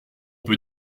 peut